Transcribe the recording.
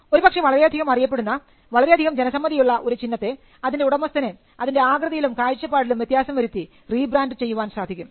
ഒരുപക്ഷേ വളരെയധികം അറിയപ്പെടുന്ന വളരെയധികം ജനസമ്മതിയുള്ള ഒരു ചിഹ്നത്തെ അതിൻറെ ഉടമസ്ഥന് അതിൻറെ ആകൃതിയിലും കാഴ്ചപ്പാടിലും വ്യത്യാസം വരുത്തി റീ ബ്രാൻഡ് ചെയ്യുവാൻ സാധിക്കും